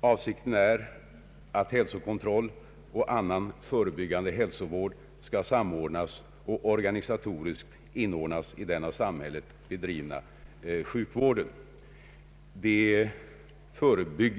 Avsikten är att hälsokontroll och annan förebyggande hälsovård skall samordnas och organisatoriskt inordnas i den av samhället bedrivna sjukvården.